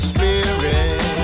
Spirit